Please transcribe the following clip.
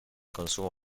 consumo